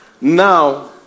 now